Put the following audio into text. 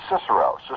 Cicero